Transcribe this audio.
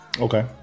Okay